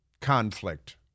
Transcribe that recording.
conflict